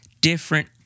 different